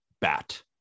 bat